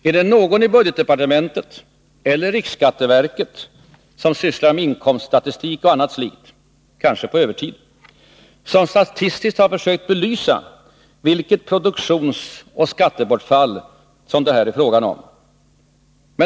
Är det någon i budgetdepartementet eller riksskatteverket som sysslar med inkomststatistik och annat slikt — kanske på övertid — som statistiskt har försökt belysa vilket produktionsoch skattebortfall som det här är fråga om?